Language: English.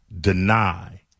deny